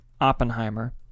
Oppenheimer